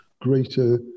greater